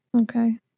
Okay